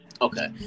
okay